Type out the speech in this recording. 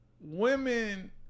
women